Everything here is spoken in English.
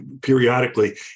periodically